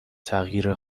تغییر